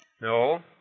No